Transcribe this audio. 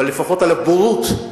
אבל לפחות על הבורות,